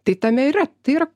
tai tame yra tai yra